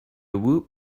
woot